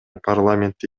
парламентте